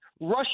Russia